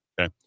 Okay